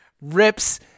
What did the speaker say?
rips